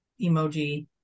emoji